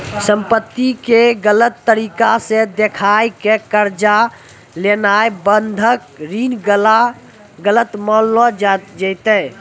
संपत्ति के गलत तरिका से देखाय के कर्जा लेनाय बंधक ऋण गलत मानलो जैतै